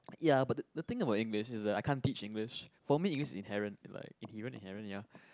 ya but the the thing about English is that I can't teach English for me English inherent to like inherent inherent ya